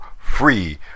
free